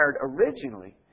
originally